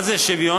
מה זה שוויון,